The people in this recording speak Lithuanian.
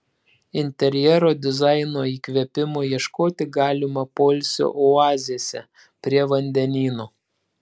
interjero dizaino įkvėpimo ieškoti galima poilsio oazėse prie vandenyno